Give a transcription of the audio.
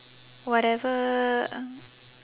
whatever